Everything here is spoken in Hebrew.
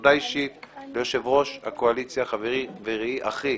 תודה אישית ליושב-ראש הקואליציה, חברי ורעי, אחי